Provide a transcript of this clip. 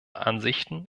ansichten